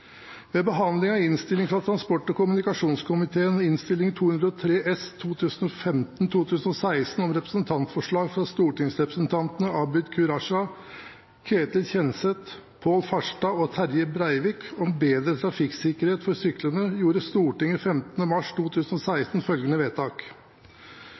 Ved behandlingen av innstillingen fra transport- og kommunikasjonskomiteen, Innst. 203 S for 2015–2016, om representantforslag fra stortingsrepresentantene Abid Q. Raja, Ketil Kjenseth, Pål Farstad og Terje Breivik om bedre trafikksikkerhet for syklende, gjorde Stortinget 15. mars